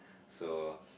so